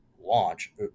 launch